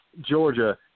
Georgia